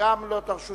וגם אתן לא תרשו